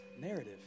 narrative